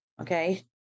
okay